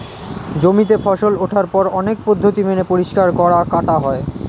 জমিতে ফসল ওঠার পর অনেক পদ্ধতি মেনে পরিষ্কার করা, কাটা হয়